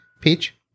Peach